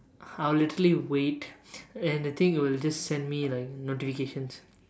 I'll literally wait and the thing will just send me like notifications